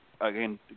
again